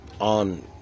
on